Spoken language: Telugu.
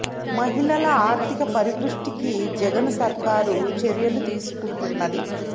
మహిళల ఆర్థిక పరిపుష్టికి జగన్ సర్కారు చర్యలు తీసుకుంటున్నది